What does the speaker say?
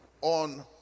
on